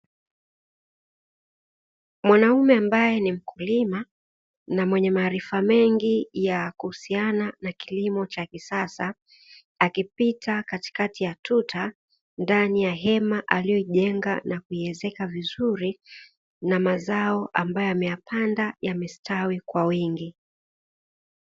Mwanaume ambaye ni mkulima na mwenye maarifa mengi ya kuhusiana na kilimo cha kisasa, akipita katikati ya tuta ndani ya hema aliyoijenga na kuiezeka vizuri, na mazao ambayo ameyapanda, yamestawi kwa wingi.